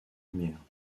lumière